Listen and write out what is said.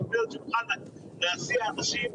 להסיע נוסעים,